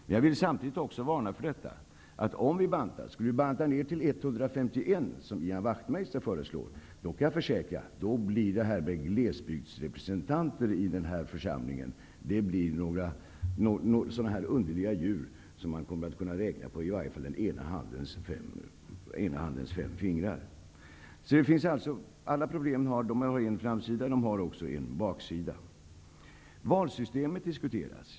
Men jag vill samtidigt varna för att en bantning till 151 ledamöter -- som Ian Wachtmeister föreslår -- skulle innebära att glesbygdsrepresentanterna i den här församlingen skulle vara några underliga djur som kan räknas på i varje fall den ena handens fem fingrar. Alla problem har alltså så att säga både en framoch en baksida. Valsystemet diskuteras.